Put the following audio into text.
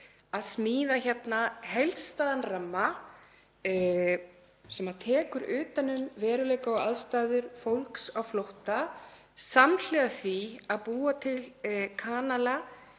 að smíða hér heildstæðan ramma sem tekur utan um veruleika og aðstæður fólks á flótta, samhliða því að búa til kanala